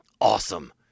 Awesome